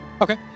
okay